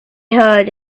heard